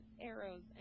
arrows